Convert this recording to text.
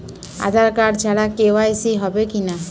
আধার card ছাড়া KYC হবে কিনা?